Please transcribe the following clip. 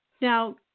Now